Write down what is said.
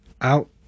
out